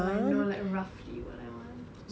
ya I know like roughly what I want